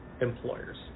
employers